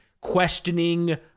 questioning